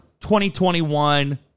2021